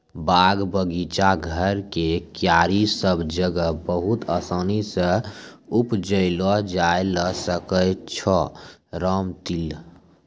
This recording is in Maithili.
बाग, बगीचा, घर के क्यारी सब जगह बहुत आसानी सॅ उपजैलो जाय ल सकै छो रामतिल